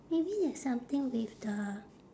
maybe there's something with the